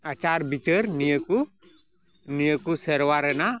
ᱟᱪᱟᱨ ᱵᱤᱪᱟᱹᱨ ᱱᱤᱭᱟᱹ ᱠᱚ ᱱᱤᱭᱟᱹ ᱠᱚ ᱥᱮᱨᱣᱟ ᱨᱮᱱᱟᱜ